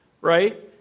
right